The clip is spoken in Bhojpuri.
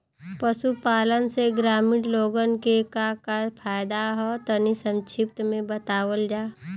पशुपालन से ग्रामीण लोगन के का का फायदा ह तनि संक्षिप्त में बतावल जा?